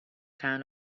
town